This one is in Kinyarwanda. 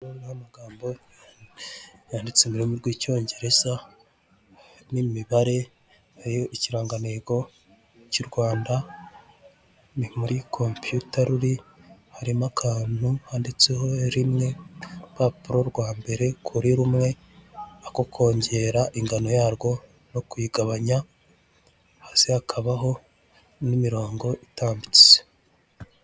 Aya ni amagambo yanditse mu rurimi rw'Icyongereza, n'imibare harimo ikirangantego cy'u Rwanda, ni muri kompiyuta ruri, harimo akantu handitseho rimwe ku rupapuro rwa mbere kuri rumwe, ako kongera ingano yarwo no kuyigabanya, hasi hakabaho n'imirongo itambitse.